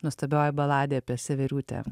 nuostabioji baladė apie severiutę